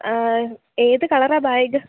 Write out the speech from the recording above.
ഏത് കളറാണ് ബാഗ്